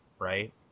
Right